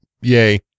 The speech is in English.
yay